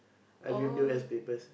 I didn't do S papers